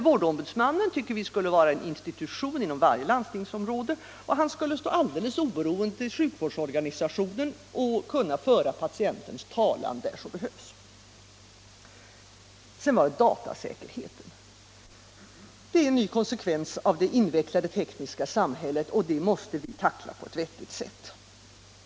Vårdombudsmannen tycker vi skulle vara en institution inom varje landstingsområde, och han skall stå alldeles oberoende till sjukvårdsorganisationen och kunna föra patientens talan, när det behövs. Sedan var det datasäkerheten. Det är en ny konsekvens av det invecklade tekniska samhället, som vi måste tackla på ett vettigt sätt.